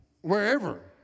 wherever